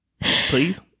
please